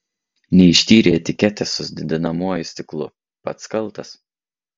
neištyrei etiketės su didinamuoju stiklu pats kaltas